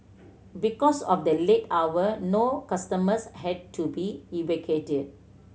because of the late hour no customers had to be evacuated